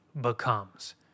becomes